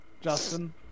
Justin